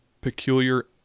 peculiar